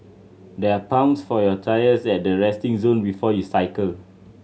there are pumps for your tyres at the resting zone before you cycle